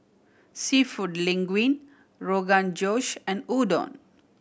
Seafood Linguine Rogan Josh and Udon